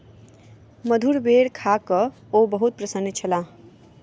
मधुर बेर खा कअ ओ बहुत प्रसन्न छलाह